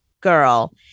girl